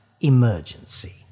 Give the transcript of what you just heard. emergency